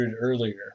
earlier